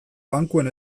bankuen